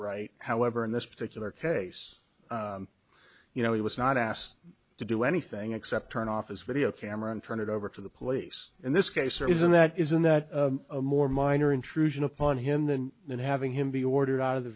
right however in this particular case you know he was not asked to do anything except turn off his video camera and turn it over to the police in this case there isn't that isn't that a more minor intrusion upon him than than having him be ordered out of the